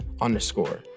underscore